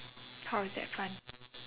how is that fun